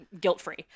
guilt-free